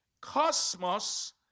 Cosmos